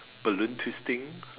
balloon twisting